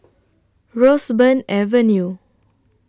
Roseburn Avenue